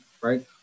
right